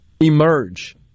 emerge